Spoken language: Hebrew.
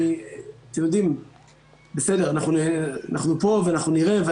אתם יודעים, בסדר, אנחנו פה ואנחנו נראה.